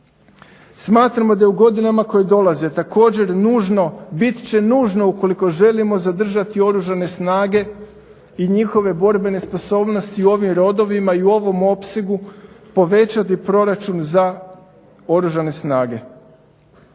Smatramo da je u godinama koje dolaze također nužno, bit će nužno ukoliko želimo zadržati Oružane snage i njihove borbene sposobnosti u ovim rodovima i u ovom opsegu, povećati proračun za Oružane snage.